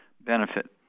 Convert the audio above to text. benefit